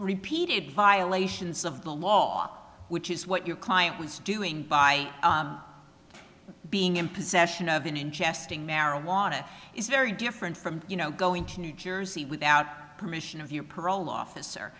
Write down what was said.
repeated violations of the law which is what your client was doing by being in possession of an ingesting marijuana is very different from you know going to new jersey without permission of your parole officer